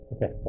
Okay